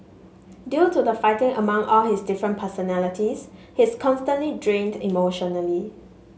due to the fighting among all his different personalities he's constantly drained emotionally